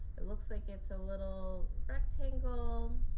it looks like it's a little rectangle